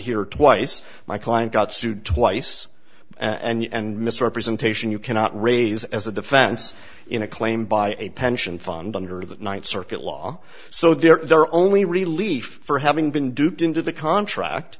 here twice my client got sued twice and misrepresentation you cannot raise as a defense in a claim by a pension fund under the ninth circuit law so there are only relief for having been duped into the contract